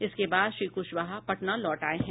इसके बाद श्री कुशवाहा पटना लौट आये है